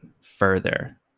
further